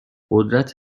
قدرت